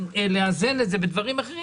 אבל קח את הפיק ותוסיף אותו לאחרי,